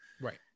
right